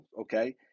okay